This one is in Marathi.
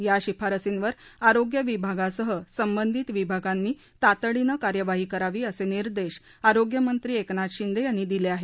या शिफारसींवर आरोग्य विभागासह संबंधित विभागांनी तातडीनं कार्यवाही करावी असे निर्देश आरोग्यमंत्री एकनाथ शिंदे यांनी दिले आहेत